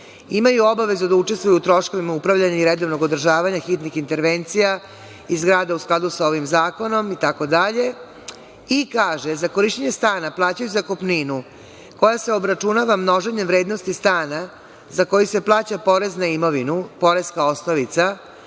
imaju obavezu da učestvuju u troškovima upravljanja i redovnog održavanja hitnih intervencija i zgrada u skladu sa ovim zakonom itd. i kaže: za korišćenje stana plaćaju zakupninu koja se obračunava množenjem vrednosti stana za koji se plaća porez na imovinu, poreska osnovica